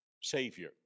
Savior